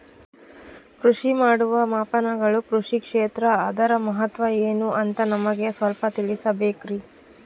ಅಳತೆ ಮಾಡುವ ಮಾಪನಗಳು ಕೃಷಿ ಕ್ಷೇತ್ರ ಅದರ ಮಹತ್ವ ಏನು ಅಂತ ನಮಗೆ ಸ್ವಲ್ಪ ತಿಳಿಸಬೇಕ್ರಿ?